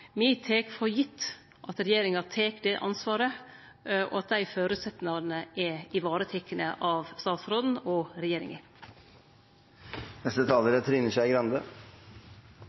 tek for gitt at regjeringa tek det ansvaret, og at dei føresetnadene er varetekne av statsråden og regjeringa. Jeg synes det er